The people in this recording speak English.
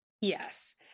Yes